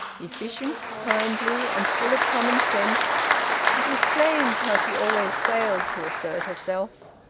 efficient, kindly, and full of common sense it was strange how she always failed to assert herself.